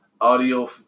audio